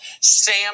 Sam